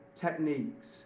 techniques